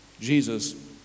Jesus